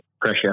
pressure